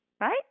Right